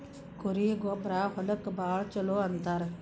ಕುರಿಯ ಗೊಬ್ಬರಾ ಹೊಲಕ್ಕ ಭಾಳ ಚುಲೊ ಅಂತಾರ